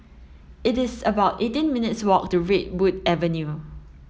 it is about eighteen minutes' walk to Redwood Avenue